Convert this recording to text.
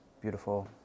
beautiful